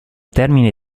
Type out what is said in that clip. termine